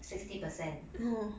sixty percent